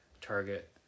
target